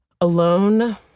alone